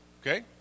okay